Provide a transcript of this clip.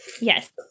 Yes